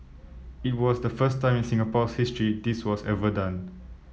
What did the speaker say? it was the first time in Singapore's history this was ever done